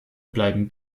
bleiben